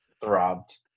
throbbed